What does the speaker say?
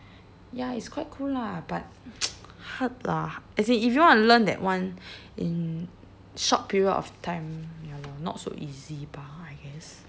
ya it's quite cool lah but hard lah ha~ as in if you want to learn that one in short period of time ya lor not so easy bah I guess